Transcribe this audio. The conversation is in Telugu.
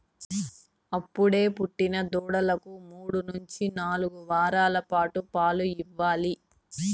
అప్పుడే పుట్టిన దూడలకు మూడు నుంచి నాలుగు వారాల పాటు పాలు ఇవ్వాలి